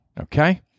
Okay